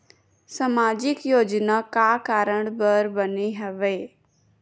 सामाजिक योजना का कारण बर बने हवे?